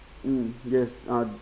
mm yes uh